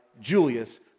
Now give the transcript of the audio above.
Julius